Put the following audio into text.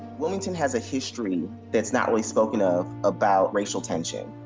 wilmington has a history that's not really spoken of, about racial tension.